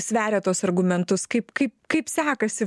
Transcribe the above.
sveria tuos argumentus kaip kaip kaip sekasi